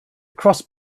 cross